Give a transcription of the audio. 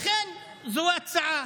זו ההצעה,